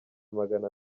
magana